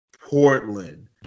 Portland